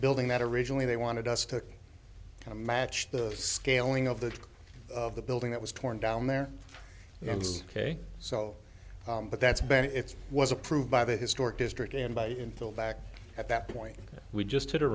building that originally they wanted us to match the scaling of the of the building that was torn down there yes ok so but that's been it was approved by the historic district and by infill back at that point we just had a